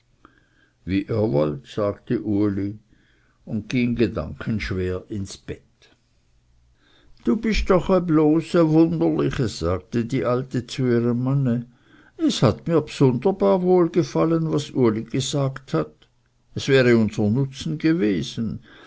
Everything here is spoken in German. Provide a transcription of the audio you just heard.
wie ihr wollt sagte uli und ging gedankenschwer ins bett du bist doch e bloße wunderliche sagte die alte zu ihrem manne es hat mir bsunderbar wohl gefallen was uli gesagt hat es wäre unser nutzen gewesen